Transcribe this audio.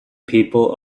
people